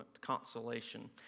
consolation